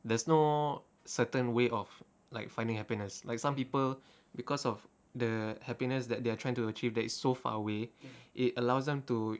there's no certain way of like finding happiness like some people because of the happiness that they are trying to achieve that is so far away it allows them to